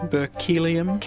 Berkelium